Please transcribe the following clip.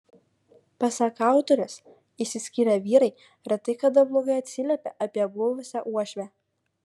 pasak autorės išsiskyrę vyrai retai kada blogai atsiliepia apie buvusią uošvę